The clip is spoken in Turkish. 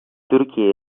türkiye